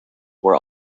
were